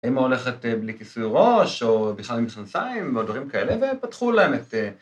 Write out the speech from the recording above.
אימא הולכת בלי כיסוי ראש, או בכלל עם מכנסיים, ועוד דברים כאלה, והם פתחו להם את...